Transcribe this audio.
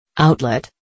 Outlet